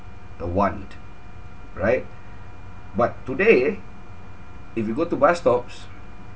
a want right but today if you go to bus stops